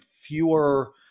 fewer